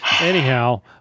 Anyhow